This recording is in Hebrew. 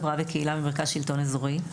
חברה וקהילה במרכז שלטון אזורי.